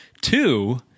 Two